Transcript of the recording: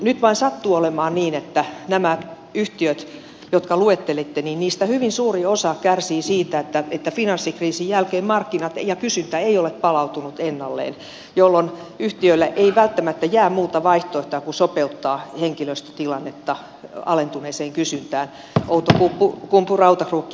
nyt vain sattuu olemaan niin että näistä yhtiöistä jotka luettelitte hyvin suuri osa kärsii siitä että finanssikriisin jälkeen markkinat ja kysyntä eivät ole palautuneet ennalleen jolloin yhtiölle ei välttämättä jää muuta vaihtoehtoa kuin sopeuttaa henkilöstötilannetta alentuneeseen kysyntään outokumpu rautaruukki